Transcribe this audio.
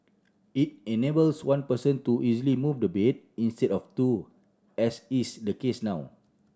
it enables one person to easily move the bed instead of two as is the case now